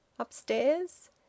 upstairs